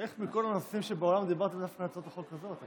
איך מכל הנושאים בעולם דיברתם דווקא על הצעת החוק הזאת?